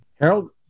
Harold